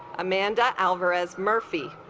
amanda alvarez murphy